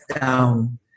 down